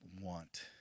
want